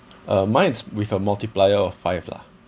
uh mine's with a multiplier of five lah